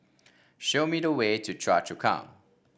show me the way to Choa Chu Kang